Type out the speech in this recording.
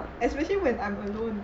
especially when I am alone